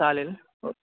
चालेल ओके